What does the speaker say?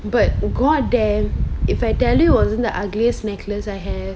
but god damn if I tell you it wasn't the ugliest necklace I have